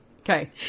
Okay